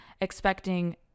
expecting